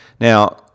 Now